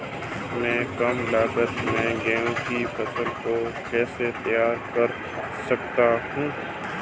मैं कम लागत में गेहूँ की फसल को कैसे तैयार कर सकता हूँ?